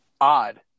odd